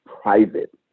private